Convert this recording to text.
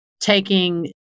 taking